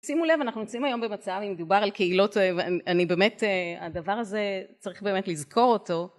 שימו לב אנחנו יוצאים היום במצב אם מדובר על קהילות אני באמת הדבר הזה צריך באמת לזכור אותו